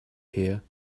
here